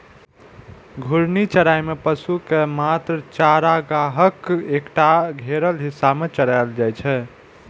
घूर्णी चराइ मे पशु कें मात्र चारागाहक एकटा घेरल हिस्सा मे चराएल जाइ छै